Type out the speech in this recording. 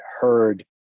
heard